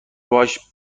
باهاش